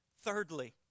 Thirdly